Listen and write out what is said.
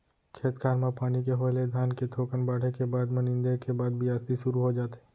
खेत खार म पानी के होय ले धान के थोकन बाढ़े के बाद म नींदे के बाद बियासी सुरू हो जाथे